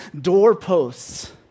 doorposts